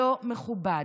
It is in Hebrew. לא מכובד.